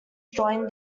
joined